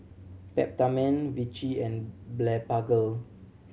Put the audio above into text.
Peptamen Vichy and Blephagel